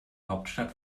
hauptstadt